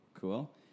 Cool